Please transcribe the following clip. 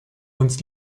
uns